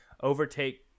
Overtake